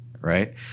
right